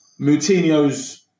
Moutinho's